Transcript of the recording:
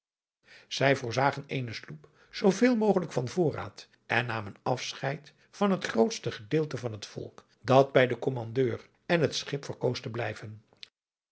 zij voorzagen eene sloep zoo veel mogelijk van voorraad en namen afscheid van het grootste gedeelte van het volk dat bij adriaan loosjes pzn het leven van johannes wouter blommesteyn den kommandeur en het schip verkoos te blijven